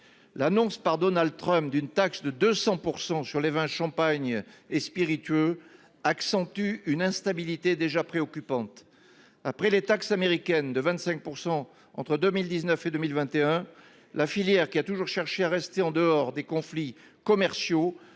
L’annonce par Donald Trump d’une taxe de 200 % sur les vins, champagnes et spiritueux accentue une instabilité déjà préoccupante. Après les taxes de 25 % mises en place par les Américains entre 2019 et 2021, la filière, qui a toujours cherché à rester en dehors des conflits commerciaux,